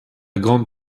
grande